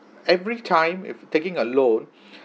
every time if taking a loan